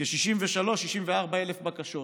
כ-63,000 64,000 בקשות